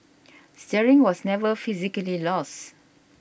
steering was never physically lost